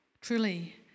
Truly